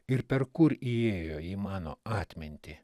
ir per kur įėjo į mano atmintį